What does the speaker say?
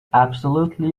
absolutely